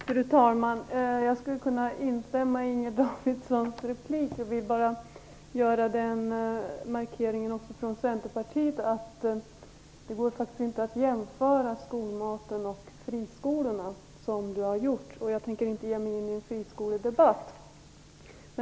Fru talman! Jag instämmer i Inger Davidsons replik. Jag vill också från Centerpartiets sida markera att det faktiskt inte går att jämföra skolmaten och friskolorna, som Britt-Marie Danestig-Olofsson gör. Jag tänker inte ge mig in i en friskoledebatt.